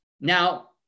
Now